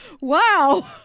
Wow